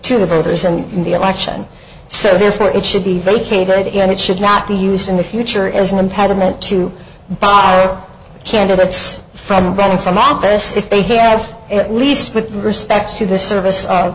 to the voters and the election so therefore it should be very catered and it should not be used in the future as an impediment to borrow candidates from getting from office if they have at least with respect to the service